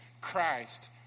Christ